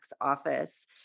office